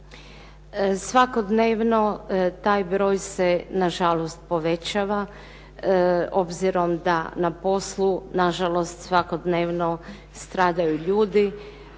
Svakodnevno taj broj se na žalost povećava, obzirom da na poslu na žalost svakodnevno stradaju ljudi